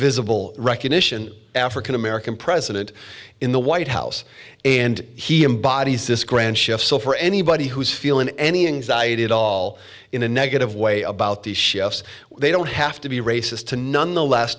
visible recognition african american president in the white house and he embodies this grand shift so for anybody who's feeling any anxiety at all in a negative way about the chefs they don't have to be racist to nonetheless